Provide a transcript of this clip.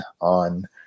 on